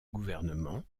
gouvernement